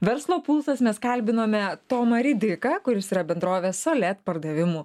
verslo pulsas mes kalbinome tomą ridiką kuris yra bendrovės solet pardavimų